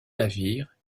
navires